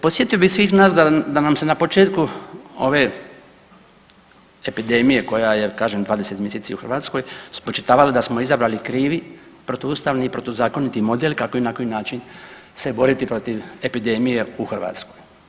Podsjetio bih svih nas da nam se na početku ove epidemije koja je kažem 20 mjeseci u Hrvatskoj spočitavalo da smo izabrali krivi protuustavni i protuzakoniti model kako i na koji način se boriti protiv epidemije u Hrvatskoj.